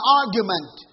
argument